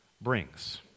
Brings